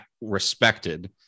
respected